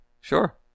sure